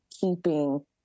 keeping